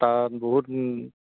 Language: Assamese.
তাত বহুত